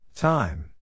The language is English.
Time